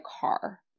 car